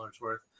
worth